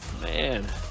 man